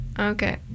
Okay